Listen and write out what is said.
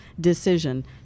decision